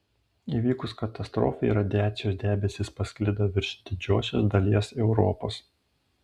įvykus katastrofai radiacijos debesys pasklido virš didžiosios dalies europos